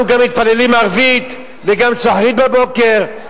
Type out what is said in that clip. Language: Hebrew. אנחנו גם מתפללים ערבית וגם שחרית בבוקר.